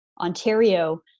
Ontario